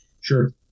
Sure